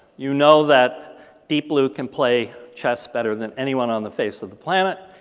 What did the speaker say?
you know that deep blue can play chess better than anyone on the face of the planet,